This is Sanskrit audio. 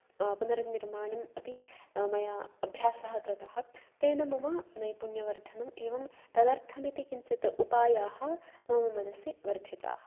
पुनर्निमाणम् अपि मया अभ्यासः कृतः तेन मम नैपुण्यवर्धनम् एवं तदर्थमिति किञ्चिद् उपायाः मम मनसि वर्धिताः